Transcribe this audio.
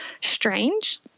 strange